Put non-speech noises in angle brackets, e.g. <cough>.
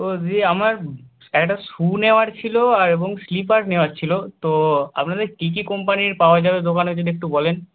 তো দিদি আমার <unintelligible> একটা শ্যু নেওয়ার ছিল আর এবং স্লিপার নেওয়ার ছিল তো আপনাদের কী কী কোম্পানির পাওয়া যাবে দোকানে যদি একটু বলেন